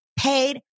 Paid